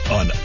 on